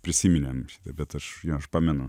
prisiminėm šitą bet aš aš pamenu